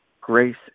grace